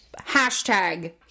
Hashtag